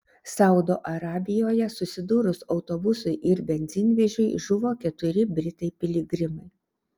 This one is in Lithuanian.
saudo arabijoje susidūrus autobusui ir benzinvežiui žuvo keturi britai piligrimai